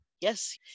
Yes